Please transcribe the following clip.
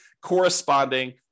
corresponding